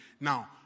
Now